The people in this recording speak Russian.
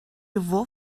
его